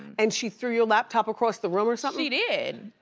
and she threw your laptop across the room or something? she did.